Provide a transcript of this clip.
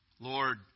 Lord